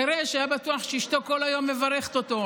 החירש היה בטוח שאשתו כל היום מברכת אותו,